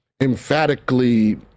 emphatically